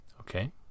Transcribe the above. Okay